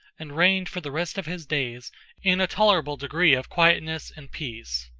and reigned for the rest of his days in a tolerable degree of quietness and peace.